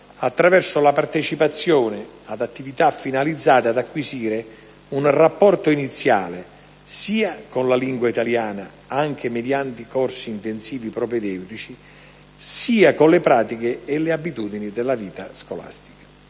attraverso la partecipazione ad attività finalizzate ad acquisire un rapporto iniziale sia con la lingua italiana, anche mediante corsi intensivi propedeutici, sia con le pratiche e le abitudini della vita scolastica.